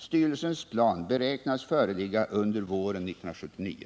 Styrelsens plan beräknas föreligga under våren 1979.